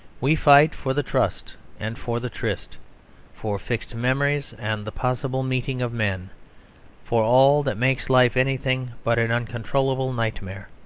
we fight for the trust and for the tryst for fixed memories and the possible meeting of men for all that makes life anything but an uncontrollable nightmare.